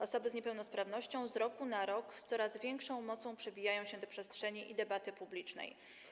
Osoby z niepełnosprawnością z roku na rok z coraz większą mocą przebijają się do przestrzeni i debaty publicznej.